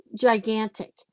gigantic